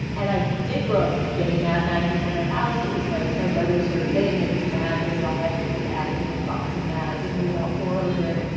and i did grow up getting mad magazine at our house. it was my my brother sort of thing that his mad would arrive and he would attitude his box of mad's and we would all pore over it.